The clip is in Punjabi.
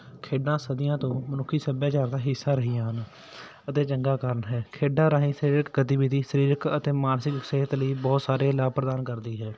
ਖੇਡਾਂ ਸਦੀਆਂ ਤੋਂ ਮਨੁੱਖੀ ਸੱਭਿਆਚਾਰ ਦਾ ਹਿੱਸਾ ਰਹੀਆਂ ਅਤੇ ਚੰਗਾ ਕਰਨ ਹੈ ਖੇਡਾਂ ਰਾਹੀਂ ਸਰੀਰਕ ਗਤੀਵਿਧੀ ਸਰੀਰਕ ਅਤੇ ਮਾਨਸਿਕ ਸਿਹਤ ਲਈ ਬਹੁਤ ਸਾਰੇ ਲਾਭ ਪ੍ਰਦਾਨ ਕਰਦੀ ਹੈ